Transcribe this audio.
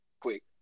Quick